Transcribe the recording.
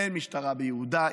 אין משטרה ביהודה.